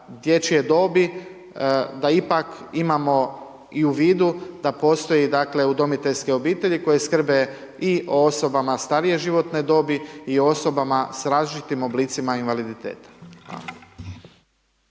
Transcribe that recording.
dječje dobi da ipak imamo i u vidu da postoje, dakle, udomiteljske obitelji koje skrbe i o osobama starije životne dobi i o osobama s različitim oblicima invaliditeta.